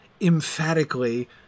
emphatically